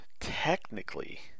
technically